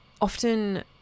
often